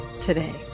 today